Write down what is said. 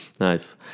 Nice